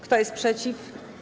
Kto jest przeciw?